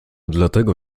dlatego